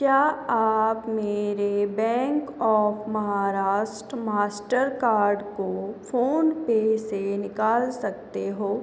क्या आप मेरे bank of Maharashtra master card को फ़ोन पे से निकाल सकते हो